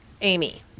Amy